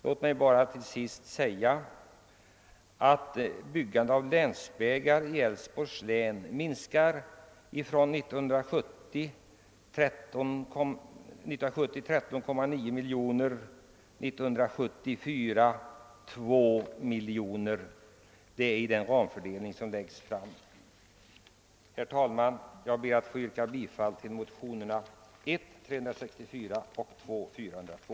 Anslaget för byggande av vägar kommer enligt ramfördelningen i Älvsborgs län att minska från 13,9 miljoner år 1970 till 2 miljo. ner år 1974, vilket betyder en katastrof för våra vägar. Herr talman! Jag ber att få yrka bifall till motionerna I: 364 och II: 402.